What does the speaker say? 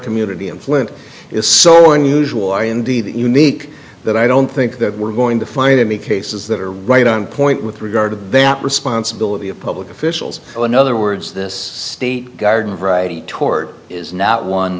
community in flint is so unusual are indeed that unique that i don't think that we're going to find any cases that are right on point with regard to that responsibility of public officials another words this state garden variety tort is not one